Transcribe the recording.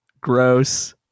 Gross